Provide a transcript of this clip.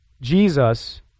Jesus